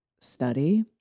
study